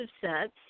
sets